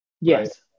Yes